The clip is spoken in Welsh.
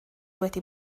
wedi